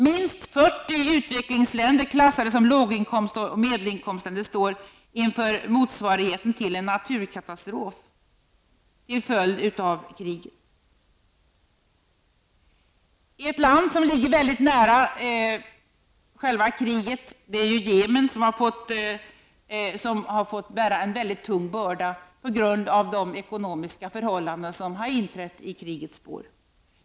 Minst 40 utvecklingsländer, klassade som låginkomst eller medelinkomstländer, står inför motsvarigheten till en naturkatastrof till följd av kriget. Ett land som ligger mycket nära själva krigsområdet, Jemen, har fått bära en mycket tung börda på grund av de ekonomiska förhållanden som har följt i krigets spår.